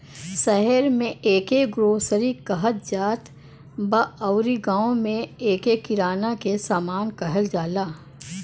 शहर में एके ग्रोसरी कहत जात बा अउरी गांव में एके किराना के सामान कहल जाला